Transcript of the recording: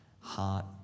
heart